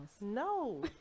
No